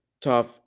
Tough